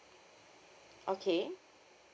okay